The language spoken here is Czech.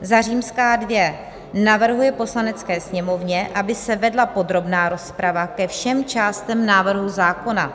II. navrhuje Poslanecké sněmovně, aby se vedla podrobná rozprava ke všem částem návrhu zákona;